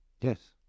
Yes